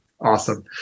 awesome